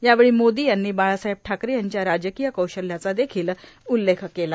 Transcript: यावेळी मोदी यांनी बाळासाहेब ठाकरे यांच्या राजकीय कौशल्याचा देखिल उल्लेख केला